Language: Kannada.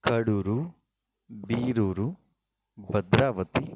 ಕಡೂರು ಬೀರೂರು ಭದ್ರಾವತಿ